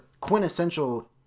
quintessential